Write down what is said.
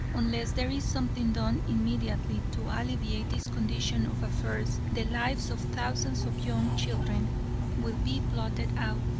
unless there is something done immediately to alleviate this condition of affairs, the lives of thousands of young children will be blotted out,